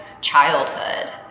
childhood